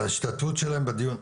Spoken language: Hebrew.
על ההשתתפות שלהן בדיון.